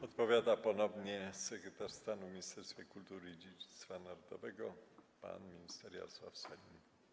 Odpowiada ponownie sekretarz stanu w Ministerstwie Kultury i Dziedzictwa Narodowego pan minister Jarosław Sellin.